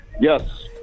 Yes